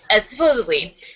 supposedly